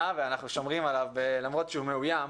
ואנחנו שומרים עליו למרות שהוא מאוים,